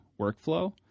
workflow